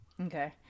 Okay